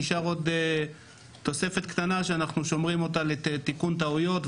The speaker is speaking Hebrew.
נשארה עוד תוספת קטנה שאנחנו שומרים אותה לתיקון טעויות,